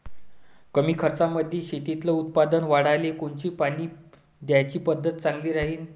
कमी खर्चामंदी शेतातलं उत्पादन वाढाले कोनची पानी द्याची पद्धत चांगली राहीन?